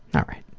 all right.